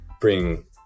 bring